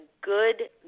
good